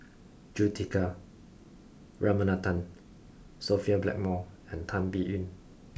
Juthika Ramanathan Sophia Blackmore and Tan Biyun